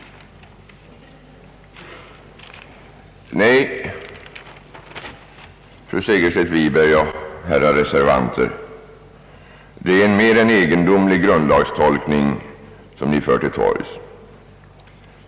Nej, herrar reservanter! Det är en mer än egendomlig grundlagstolkning ni för till torgs.